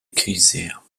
keyser